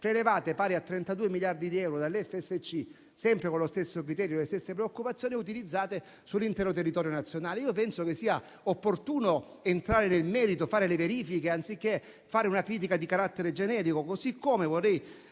risorse, pari a 32 miliardi di euro, prelevate dall'FSC sempre con lo stesso criterio e con le stesse preoccupazioni e utilizzate sull'intero territorio nazionale. Io penso che sia opportuno entrare nel merito e fare delle verifiche, anziché fare una critica di carattere genetico. Così come vorrei